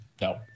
No